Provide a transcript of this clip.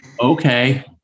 Okay